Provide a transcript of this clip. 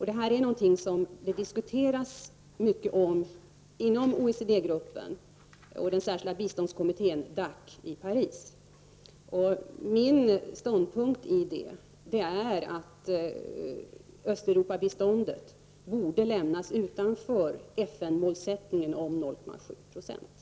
Detta är någonting som diskuteras mycket inom OECD-gruppen och den särskilda biståndskommittén DAC i Paris. Min ståndpunkt är att Östeuropabiståndet borde lämnas utanför FN-målsättningen 0,7 90.